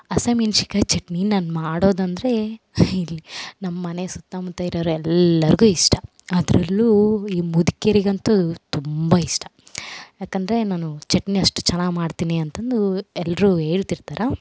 ಹಸಿಮಿಣ್ಸಿಕಾಯ್ ಚಟ್ನಿ ನಾನು ಮಾಡೋದಂದರೆ ಇರಲಿ ನಮ್ಮ ಮನೆ ಸುತ್ತಮುತ್ತ ಇರೋರು ಎಲ್ಲಾರಿಗು ಇಷ್ಟ ಅದರಲ್ಲೂ ಈ ಮುದುಕೀರಿಗಂತೂ ತುಂಬ ಇಷ್ಟ ಯಾಕಂದರೆ ನಾನು ಚಟ್ನಿ ಅಷ್ಟು ಚೆನ್ನಾಗ್ ಮಾಡ್ತೀನಿ ಅಂತಂದೂ ಎಲ್ಲರು ಹೇಳ್ತಿರ್ತರ